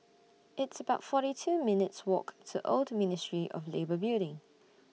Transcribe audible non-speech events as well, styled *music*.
It's about forty two minutes' Walk to Old Ministry of Labour Building *noise*